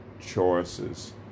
choices